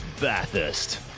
Bathurst